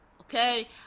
okay